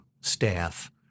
staff